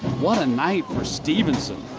what a night for stephenson.